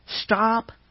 stop